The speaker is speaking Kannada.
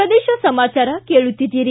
ಪ್ರದೇಶ ಸಮಾಚಾರ ಕೇಳುತ್ತಿದ್ದಿರಿ